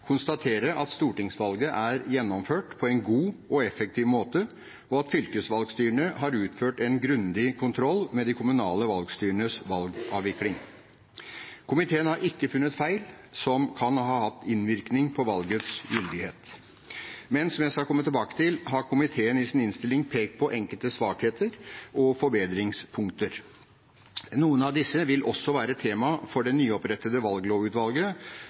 konstatere at stortingsvalget er gjennomført på en god og effektiv måte, og at fylkesvalgstyrene har utført en grundig kontroll med de kommunale valgstyrenes valgavvikling. Komiteen har ikke funnet feil som kan ha hatt innvirkning på valgets gyldighet. Men som jeg skal komme tilbake til, har komiteen i sin innstilling pekt på enkelte svakheter og forbedringspunkter. Noen av disse vil også være tema for det nyopprettede valglovutvalget,